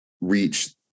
reach